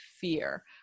fear